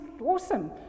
awesome